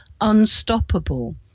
unstoppable